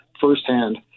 firsthand